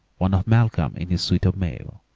one of malcolm in his suit of mail,